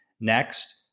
Next